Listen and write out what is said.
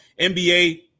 NBA